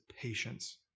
patience